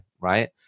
right